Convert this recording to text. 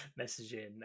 messaging